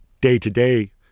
day-to-day